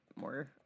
more